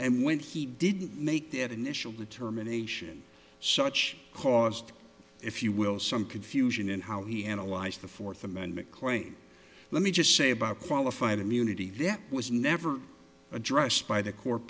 and when he didn't make that initial determination such caused if you will some confusion in how he analyzed the fourth amendment claim let me just say about qualified immunity that was never addressed by the co